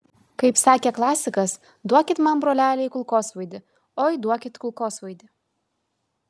kaip sakė klasikas duokit man broleliai kulkosvaidį oi duokit kulkosvaidį